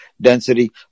density